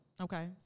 Okay